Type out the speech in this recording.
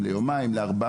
לארבעה.